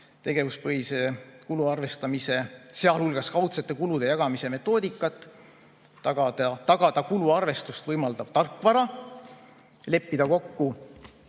tegevuspõhise kuluarvestamise, sealhulgas kaudsete kulude jagamise metoodikat, tagada kuluarvestust võimaldav tarkvara, leppida kokku,